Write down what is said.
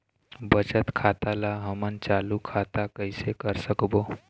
बचत खाता ला हमन चालू खाता कइसे कर सकबो?